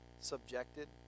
subjected